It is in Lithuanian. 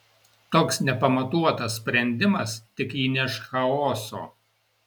toks nepamatuotas sprendimas tik įneš chaoso